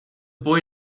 boy